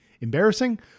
embarrassing